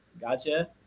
gotcha